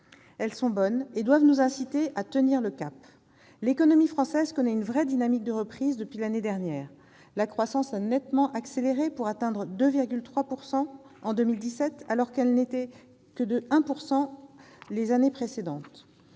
Elles sont bonnes et doivent nous inciter à tenir le cap. L'économie française connaît une vraie dynamique de reprise depuis l'année dernière. La croissance a nettement accéléré, pour atteindre 2,3 % en 2017, alors qu'elle était proche de 1 % les années précédentes.